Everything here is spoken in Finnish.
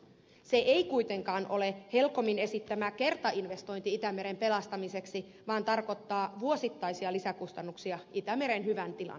se ei kuitenkaan ole helcomin esittämä kertainvestointi itämeren pelastamiseksi vaan tarkoittaa vuosittaisia lisäkustannuksia itämeren hyvän tilan saavuttamiseksi